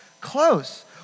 close